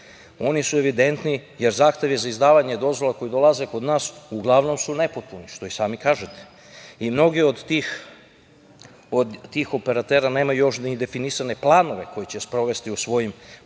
Oni su evidentni, jer zahteve za izdavanje dozvola koji dolaze kod nas uglavnom su nepotpuni, što i sami kažete, i mnogi od tih operatera nemaju još ni definisane planove koje će sprovesti u svojim